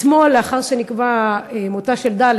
אתמול, לאחר שנקבע מותה של ד',